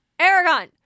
Aragon